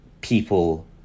people